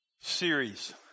series